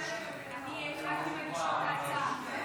אני אחת ממגישות ההצעה, כן?